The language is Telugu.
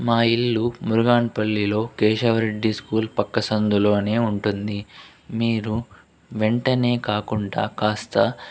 మా ఇల్లు మురుగానిపల్లిలో కేశవరెడ్డి స్కూల్ పక్క సందులోనే ఉంటుంది మీరు వెంటనే కాకుండా కాస్త